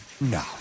No